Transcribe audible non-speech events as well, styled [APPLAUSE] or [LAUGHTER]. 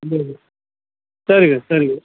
[UNINTELLIGIBLE] சரிங்க சரிங்க